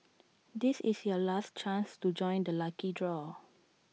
this is your last chance to join the lucky draw